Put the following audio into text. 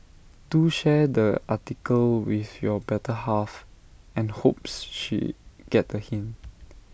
do share the article with your better half and hopes she get the hint